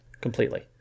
completely